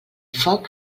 foc